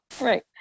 right